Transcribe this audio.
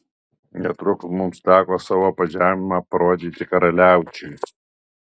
netrukus mums teko savo pažeminimą parodyti karaliaučiui